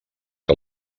que